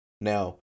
now